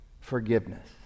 Forgiveness